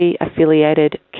affiliated